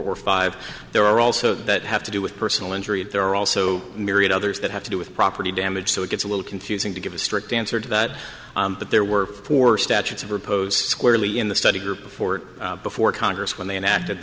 or five there are also that have to do with personal injury and there are also myriad others that have to do with property damage so it gets a little confusing to give a strict answer to that but there were four statutes of repose squarely in the study group before before congress when they enacted